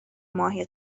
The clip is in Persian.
ماهی